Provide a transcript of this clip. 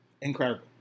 incredible